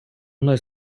мною